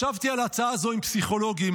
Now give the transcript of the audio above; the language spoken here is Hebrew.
ישבתי על ההצעה הזאת עם פסיכולוגים,